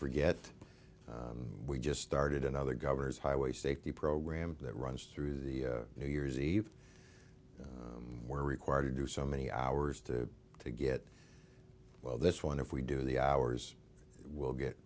forget we just started another governor's highway safety program that runs through the new year's eve were required to do so many hours to to get well this one if we do the hours we'll